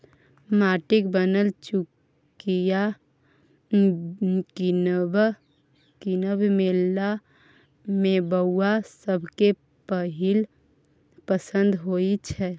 माटिक बनल चुकिया कीनब मेला मे बौआ सभक पहिल पसंद होइ छै